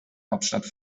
hauptstadt